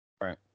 Right